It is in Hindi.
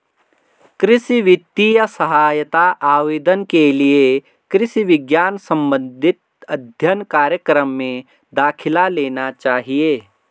कृषि वित्तीय सहायता आवेदन के लिए कृषि विज्ञान संबंधित अध्ययन कार्यक्रम में दाखिला लेना चाहिए